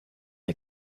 der